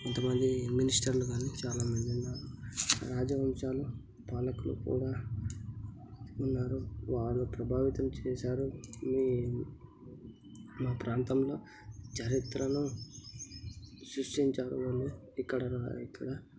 కొంతమంది మినిస్టర్లు కాని చాలా మందున్నారు రాజవంశాలు పాలకులు కూడా ఉన్నారు వారు ప్రభావితం చేశారు మీ మా ప్రాంతంలో చరిత్రను సృష్టించారు వాళ్ళు ఇక్కడ ఇక్కడ